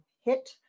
hit